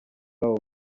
babo